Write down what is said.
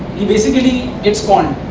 he basically gets conned